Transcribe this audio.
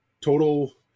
total